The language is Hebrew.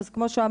אז כמו שאמרנו,